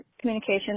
communication